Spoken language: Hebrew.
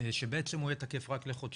שבעצם יהיה תקף רק לחודשיים.